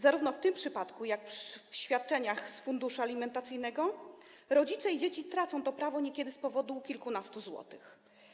Zarówno w tym przypadku, jak i w przypadku świadczeń z funduszu alimentacyjnego rodzice i dzieci tracą to prawo niekiedy z powodu kilkunastu złotych.